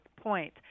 point